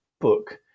book